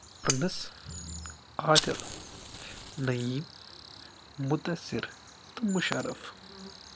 اَنس عادِل نٔیٖم مُدثر تہٕ مُشرف